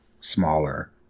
smaller